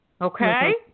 Okay